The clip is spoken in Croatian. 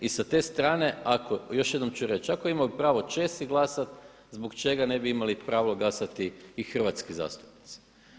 I s te strane još jednom ću reći, ako imaju pravo Česi glasati, zbog čega ne bi imali pravo glasati i hrvatski zastupnici.